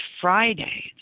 Friday